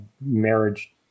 marriage